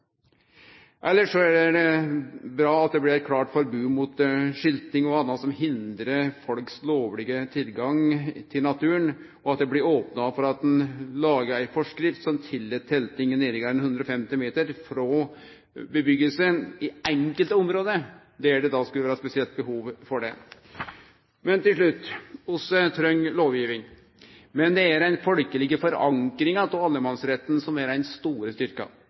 er det bra at det blir eit klart forbod mot skilting og anna som hindrar folks lovlege tilgang til naturen, og at det blir opna for at ein lagar ei forskrift som tillèt telting nærare enn 150 m frå bustader i einskilde område der det skulle vere spesielt behov for det. Til slutt: Vi treng lovgiving, men det er den folkelege forankringa av allemannsretten som er den store